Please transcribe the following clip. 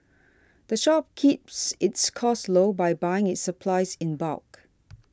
the shop keeps its costs low by buying its supplies in bulk